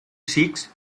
seeks